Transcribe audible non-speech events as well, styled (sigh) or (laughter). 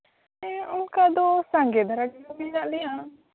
ᱦᱮᱸ ᱚᱱᱠᱟ ᱫᱚ ᱥᱟᱸᱜᱮ ᱫᱷᱟᱨᱟ ᱜᱮ (unintelligible) ᱞᱮᱭᱟ